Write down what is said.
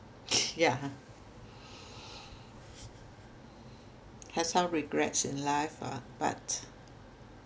yeah have some regrets in life ah but